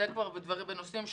אלה כבר נושאים שונים.